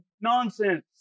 nonsense